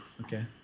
Okay